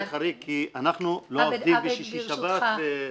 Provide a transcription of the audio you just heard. חריג, כי אנחנו לא עובדים בשישי שבת.